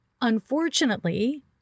Unfortunately